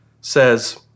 says